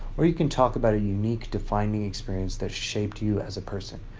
or you can talk about a unique defining experience that shaped you as a person.